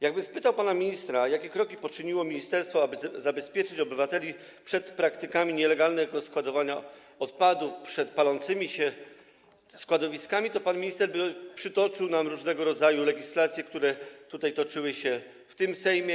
Jakbym spytał pana ministra, jakie kroki poczyniło ministerstwo, aby zabezpieczyć obywateli przed praktyką nielegalnego składowania odpadów, przed palącymi się składowiskami, to pan minister przytoczyłby nam różnego rodzaju legislacje, nad którymi prace toczyły się w Sejmie.